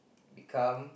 become